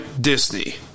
Disney